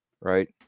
right